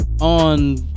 on